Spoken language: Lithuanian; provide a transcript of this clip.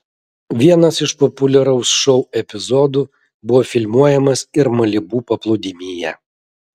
vienas iš populiaraus šou epizodų buvo filmuojamas ir malibu paplūdimyje